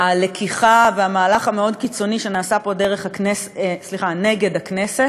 הלקיחה והמהלך המאוד-קיצוני שנעשה פה נגד הכנסת,